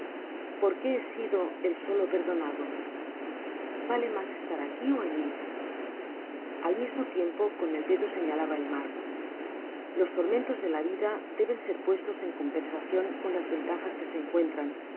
por qué he sido el solo perdonado vale mas estar aqui ó alli al mismo tiempo con el dedo señalaba el mar los tormentos de la vida deben ser puestos en compensacion con las ventajas que se encuentran